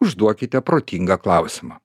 užduokite protingą klausimą